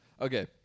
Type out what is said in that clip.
Okay